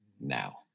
now